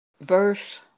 Verse